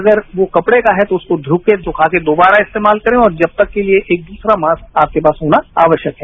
अगर वो कपड़े का है तो उसे धोकर सुखाकर दोबारा इस्तेमाल करें और जब तक के लिए एक दूसरा मास्क आपके पास होना आवश्यक है